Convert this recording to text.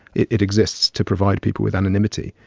it it exists to provide people with anonymity.